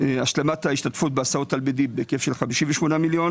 השלמת ההשתתפות בהסעות תלמידים בהיקף של 58 מיליון